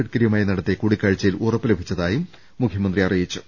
ഗഡ്കരിയുമായി നടത്തിയ കൂടിക്കാഴ്ചയിൽ ഉറപ്പ് ലഭിച്ച തായും മുഖ്യമന്ത്രി അറിയിച്ചു